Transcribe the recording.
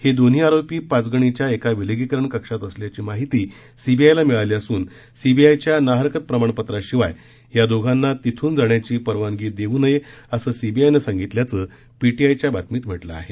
हे दोन्ही आरोपी पाचगणीच्या एका विलगीकरण कक्षात असल्याची माहिती सीबीआयला मिळाली असून सीबीआयच्या ना हरकत प्रमाणपत्राशिवाय या दोघांना तिथून जाण्याची परवानगी देऊ नये असं सीबीआयनं सांगितल्याचं पीटीआयच्या वृत्तात म्हटलं आहे